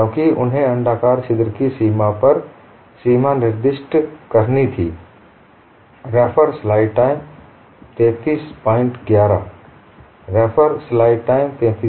क्योंकि उन्हें अण्डाकार छिद्र की सीमा पर सीमा स्थिति निर्दिष्ट करनी थी